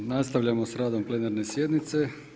Nastavljamo s radom plenarne sjednice.